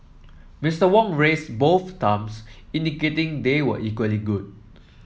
Mister Wong raised both thumbs indicating they were equally good